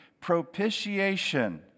propitiation